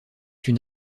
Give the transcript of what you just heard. une